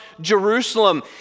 Jerusalem